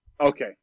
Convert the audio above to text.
okay